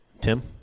Tim